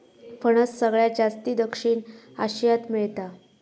फणस सगळ्यात जास्ती दक्षिण आशियात मेळता